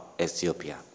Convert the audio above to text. Ethiopia